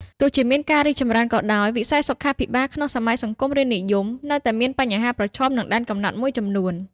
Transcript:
ទោះជាមានការរីកចម្រើនក៏ដោយ វិស័យសុខាភិបាលក្នុងសម័យសង្គមរាស្រ្តនិយមនៅតែមានបញ្ហាប្រឈម និងដែនកំណត់មួយចំនួន។